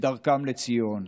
בדרכם לציון.